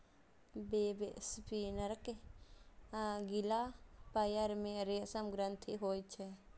वेबस्पिनरक अगिला पयर मे रेशम ग्रंथि होइ छै